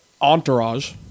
Entourage